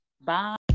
Bye